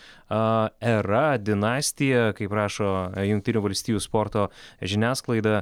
aa era dinastija kaip rašo jungtinių valstijų sporto žiniasklaida